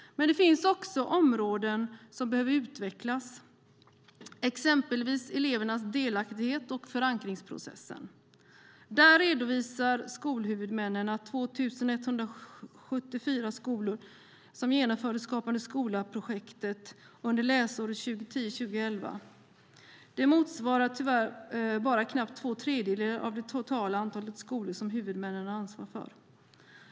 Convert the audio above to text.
Det finns dock också områden som behöver utvecklas, exempelvis elevernas delaktighet och förankringsprocessen. Där redovisar skolhuvudmännen att de 2 174 skolor som genomförde Skapande skola-projektet under läsåret 2010/11 tyvärr bara motsvarar knappt två tredjedelar av det totala antal skolor huvudmännen har ansvar för.